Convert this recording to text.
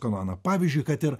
kanoną pavyzdžiui kad ir